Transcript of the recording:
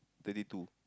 thirty two